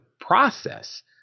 process